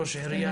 ראש עיריית רהט.